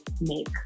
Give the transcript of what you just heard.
make